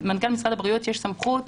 למנכ"ל משרד הבריאות יש סמכות,